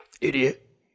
Idiot